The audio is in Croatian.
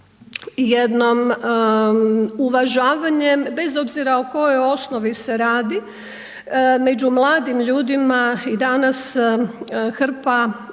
za jednom uvažavanjem bez obzira o kojoj osnovi se radi među mladim ljudima i danas hrpa spolnih